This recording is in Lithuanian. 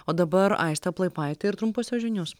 o dabar aistė plaipaitė ir trumposios žinios